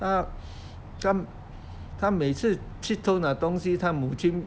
他他他每次去偷拿东西他母亲